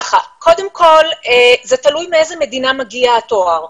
קודם כל, זה תלוי מאיזה מדינה מגיע התואר.